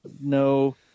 No